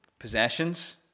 Possessions